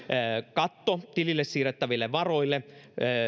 katto tilille siirrettäville varoille